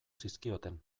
zizkioten